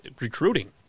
recruiting